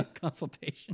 Consultation